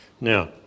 Now